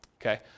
Okay